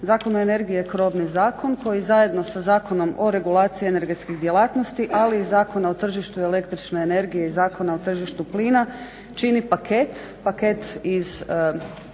Zakon o energiji je krovni zakon koji zajedno sa Zakonom o regulaciji energetskih djelatnosti, ali i Zakona o tržištu električne energije i Zakona o tržištu plina čini paket